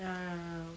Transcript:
ya ya ya